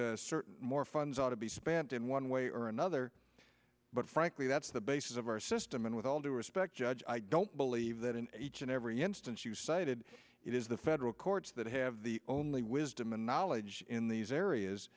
that certain more funds ought to be spent in one way or another but frankly that's the basis of our system and with all due respect judge i don't believe that in each and every instance you cited it is the federal courts that have the only wisdom and knowledge in these areas